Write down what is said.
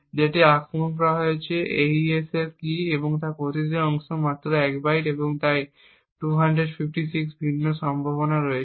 যেটি আক্রমণ করা হচ্ছে এবং AES কী এর প্রতিটি অংশ মাত্র 1 বাইটের এবং তাই 256টি ভিন্ন সম্ভাবনা রয়েছে